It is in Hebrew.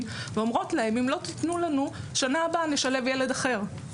ואומרות להם: אם לא תיתנו לנו שנה הבאה נשלב ילד אחר.